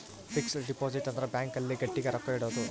fix deposit ಅಂದ್ರ bank ಅಲ್ಲಿ ಗಟ್ಟಿಗ ರೊಕ್ಕ ಇಡೋದು